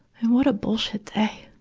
what a bullshit day.